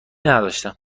نداشتم